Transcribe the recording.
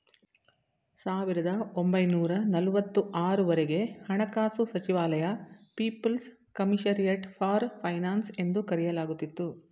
ಸಾವಿರದ ಒಂಬೈನೂರ ನಲವತ್ತು ಆರು ವರೆಗೆ ಹಣಕಾಸು ಸಚಿವಾಲಯ ಪೀಪಲ್ಸ್ ಕಮಿಷರಿಯಟ್ ಫಾರ್ ಫೈನಾನ್ಸ್ ಎಂದು ಕರೆಯಲಾಗುತ್ತಿತ್ತು